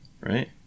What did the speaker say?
right